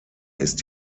ist